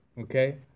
Okay